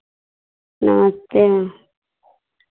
okay